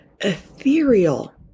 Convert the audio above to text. ethereal